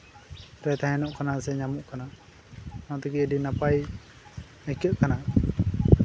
ᱨᱮ ᱛᱟᱦᱮᱱᱚᱜ ᱠᱟᱱᱟ ᱥᱮ ᱧᱟᱢᱚᱜ ᱠᱟᱱᱟ ᱚᱱᱟ ᱛᱮᱜᱮ ᱟᱹᱰᱤ ᱱᱟᱯᱟᱭ ᱟᱹᱭᱠᱟᱹᱜ ᱠᱟᱱᱟ